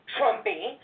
Trumpy